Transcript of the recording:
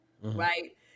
right